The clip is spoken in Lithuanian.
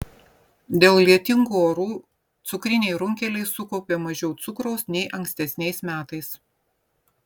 dėl lietingų orų cukriniai runkeliai sukaupė mažiau cukraus nei ankstesniais metais